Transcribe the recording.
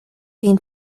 seen